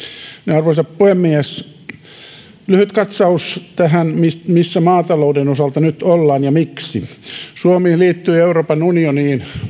arvoisa puhemies lyhyt katsaus tähän missä maatalouden osalta nyt ollaan ja miksi suomi liittyi euroopan unioniin